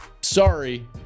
sorry